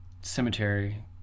cemetery